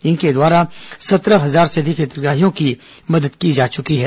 इनके द्वारा सत्रह हजार से अधिक हितग्राहियों की मदद की जा चुकी है